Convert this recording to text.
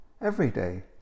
everyday